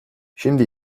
şimdi